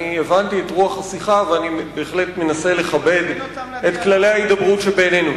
הבנתי את רוח השיחה ואני בהחלט מנסה לכבד את כללי ההידברות שבינינו.